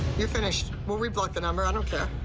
you're finished. we'll re-block the number. i don't yeah